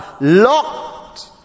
locked